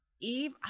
Eve